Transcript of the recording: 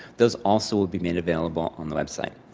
those also will be made available on the website.